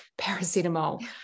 paracetamol